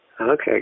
Okay